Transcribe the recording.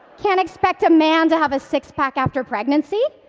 can't expect a man to have a six-pack after pregnancy,